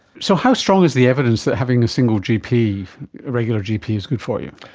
so how strong is the evidence that having a single gp a regular gp is good for you?